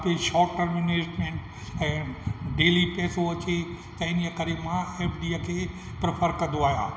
short term investment ऐं daily पैसो अचे त इन्हीअ करे मां एफडीअ प्रफर कंदो आहियां